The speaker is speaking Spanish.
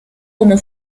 como